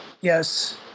Yes